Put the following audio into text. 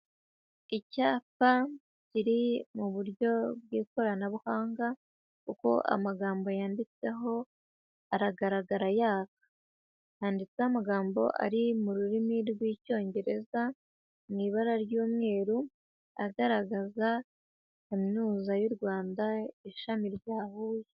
Icyapa kiri mu buryo bw'ikoranabuhanga, kuko amagambo yanditseho aragaragara yaka. Handitse amagambo ari mu rurimi rw'Icyongereza mu ibara ry'umweru, agaragaza Kaminuza y'u Rwanda ishami rya Huye.